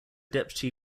deputy